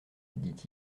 dit